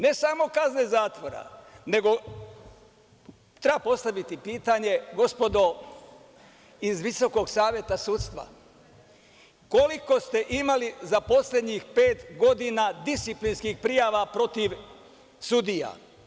Ne samo kazne zatvora, nego treba postaviti pitanje, gospodo iz Visokog saveta sudstva, koliko ste imali za poslednjih pet godina disciplinskih prijava protiv sudija?